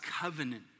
covenant